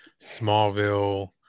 Smallville